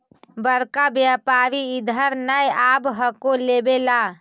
बड़का व्यापारि इधर नय आब हको लेबे ला?